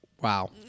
Wow